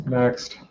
next